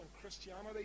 Christianity